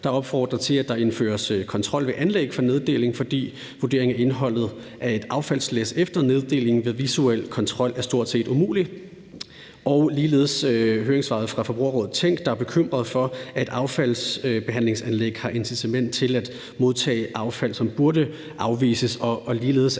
der opfordrer til, at der indføres kontrol ved anlæg for neddeling, fordi vurdering af indholdet af et affaldslæs efter neddeling ved visuel kontrol stort set er umulig, og ligeledes høringssvaret fra Forbrugerrådet Tænk, der er bekymrede for, at affaldsbehandlingsanlæg har incitament til at modtage affald, som burde afvises. Ligeledes er